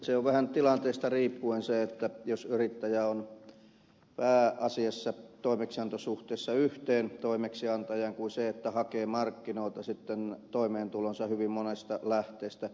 se riippuu vähän tilanteesta onko yrittäjä pääasiassa toimeksiantosuhteessa yhteen toimeksiantajaan tai hakee markkinoilta sitten toimeentulonsa hyvin monesta lähteestä